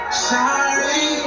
Sorry